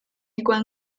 机关